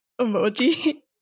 emoji